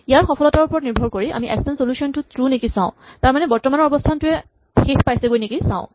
ইয়াৰ সফলতাৰ ওপৰত নিৰ্ভৰ কৰি আমি এক্সটেন্ড চলুচ্যন টো ট্ৰো নেকি চাওঁ তাৰমানে বৰ্তমানৰ অৱস্হানটোৱে শেষ পাইছেগৈ নেকি চাওঁ